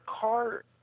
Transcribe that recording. car